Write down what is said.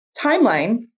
timeline